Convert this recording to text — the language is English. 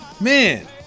Man